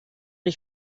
ich